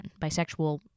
Bisexual